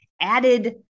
added